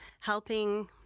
helping